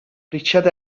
richard